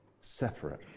separate